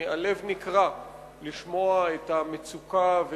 הלב נקרע למשמע המצוקה,